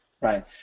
right